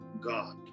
God